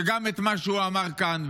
שאת מה שהוא אמר כאן,